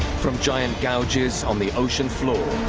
from giant gouges on the ocean floor